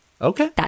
Okay